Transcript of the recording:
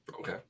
Okay